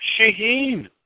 Shaheen